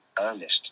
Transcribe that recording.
earnest